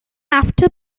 after